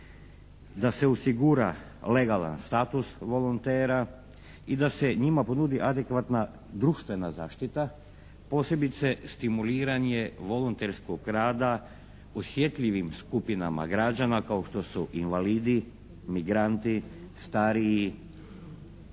da se osigura legalan status volontera i da se njima ponudi adekvatna društvena zaštita, posebice stimuliranje volonterskog rada osjetljivim skupinama građana kao što su invalidi, migranti, stariji